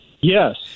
Yes